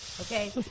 okay